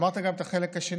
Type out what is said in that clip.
אמרת גם את החלק השני,